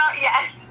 yes